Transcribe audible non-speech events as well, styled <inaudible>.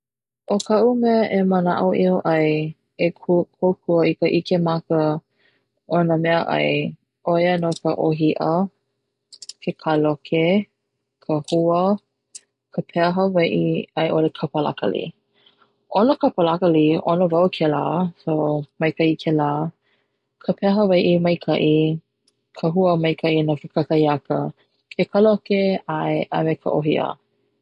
ʻO kaʻu mea e manaʻoʻiʻo ai, e ko kokua i ka ʻike maka ona meaʻai ʻoia no ka ʻohiʻa, ke kaloke, ka hua, ka pea hawaiʻi aiʻʻole ka palakali, ʻono ka palakali ʻono wau kela, <so> maikaʻi kela, ka pea hawaiʻi maikaʻi ka hua maikaʻi no ke kakahiaka, ke kaloke ʻae a me ka ʻohiʻa